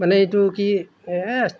মানে এইটো কি